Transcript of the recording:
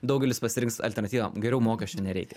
daugelis pasirinks alternatyvą geriau mokesčių nereikia